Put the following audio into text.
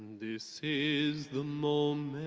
this is the moment.